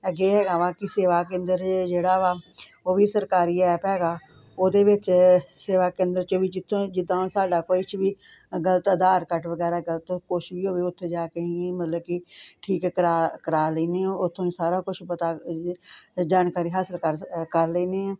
ਅੱਗੇ ਹੈਗਾ ਵਾ ਕਿ ਸੇਵਾ ਕੇਂਦਰ ਜਿਹੜਾ ਵਾ ਉਹ ਵੀ ਸਰਕਾਰੀ ਐਪ ਹੈਗਾ ਉਹਦੇ ਵਿੱਚ ਸੇਵਾ ਕੇਂਦਰ 'ਚੋਂ ਵੀ ਜਿੱਥੋਂ ਜਿੱਦਾਂ ਸਾਡਾ ਕੁਛ ਵੀ ਗਲਤ ਆਧਾਰ ਕਾਰਟ ਵਗੈਰਾ ਗਲਤ ਕੁਛ ਵੀ ਹੋਵੇ ਉੱਥੇ ਜਾ ਕੇ ਹੀ ਮਤਲਬ ਕਿ ਠੀਕ ਕਰਵਾ ਕਰਵਾ ਲੈਂਦੀ ਹਾਂ ਉੱਥੋਂ ਹੀ ਸਾਰਾ ਕੁਛ ਪਤਾ ਜਾਣਕਾਰੀ ਹਾਸਲ ਕਰ ਸ ਕਰ ਲੈਂਦੇ ਹਾਂ